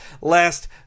last